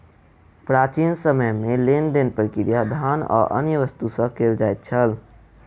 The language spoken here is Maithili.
प्राचीन समय में लेन देन प्रक्रिया धान आ अन्य वस्तु से कयल जाइत छल